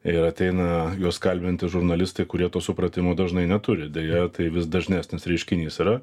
ir ateina juos kalbinti žurnalistai kurie to supratimo dažnai neturi deja tai vis dažnesnis reiškinys yra